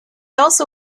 also